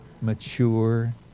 mature